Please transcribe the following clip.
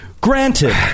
granted